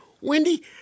Wendy